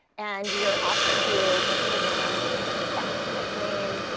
and you're asked to put in the scientific name,